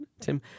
Tim